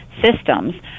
systems